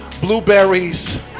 blueberries